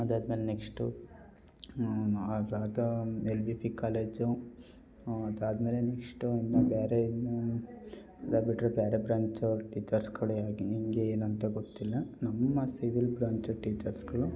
ಅದಾದ ಮೇಲೆ next L V P college ಅದಾದ ಮೇಲೆ ನೆಕ್ಸ್ಟು ಇನ್ನು ಬೇರೆ ಇನ್ನು ಅದು ಬಿಟ್ಟರೆ ಬೇರೆ ಬ್ರಾಂಚವ್ರು ಟೀಚರ್ಸ್ಗಳು ಹೆಂಗೆ ಏನಂತ ಗೊತ್ತಿಲ್ಲ ನಮ್ಮ ಸಿವಿಲ್ ಬ್ರಾಂಚ ಟೀಚರ್ಸ್ಗಳು